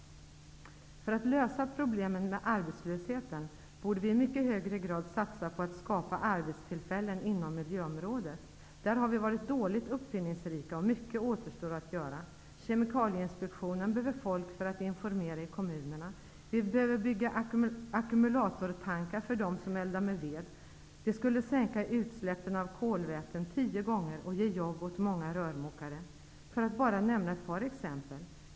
För att lösa problemen med arbetslösheten borde vi i mycket högre grad satsa på att skapa arbetstillfällen inom miljöområdet. Där har uppfinningsrikedomen varit dålig och mycket återstår att göra. Kemikalieinspektionen behöver folk för att informera i kommunerna. Ackumulatortankar behövs för dem som eldar med ved. Dessa skulle sänka utsläppen av kolväten tio gånger, och de skulle ge jobb åt många rörmokare. Detta var bara ett par exempel.